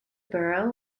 borough